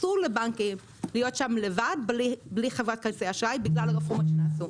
אסור לבנקים להיות שם לבד בלי חברת כרטיסי אשראי בגלל הרפורמות שנעשו.